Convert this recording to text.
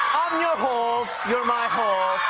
your hope, you're my hope,